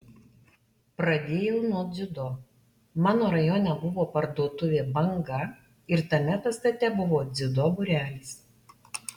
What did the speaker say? pradėjau nuo dziudo mano rajone buvo parduotuvė banga ir tame pastate buvo dziudo būrelis